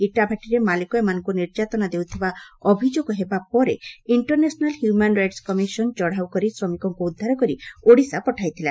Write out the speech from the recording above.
ଇଟାଭାଟିରେ ମାଲିକ ଏମାନଙ୍କୁ ନିର୍ଯାତନା ଦେଉଥବା ଅଭିଯୋଗ ହେବା ପରେ ଇକ୍କରନ୍ୟାସନାଲ ହ୍ୟୁମାନ ରାଇଟ୍ କମିଶନ ଚତ୍ଉ କରି ଶ୍ରମିକଙ୍କୁ ଉଦ୍ଧାର କରି ଓଡ଼ିଶା ପଠାଇଥିଲା